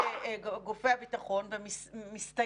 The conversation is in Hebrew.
ואני יודע רק דבר אחד,